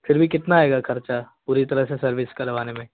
फिर भी कितना आएगा खर्चा पूरी तरह से सर्विस करवाने में